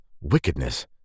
wickedness